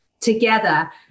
together